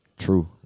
True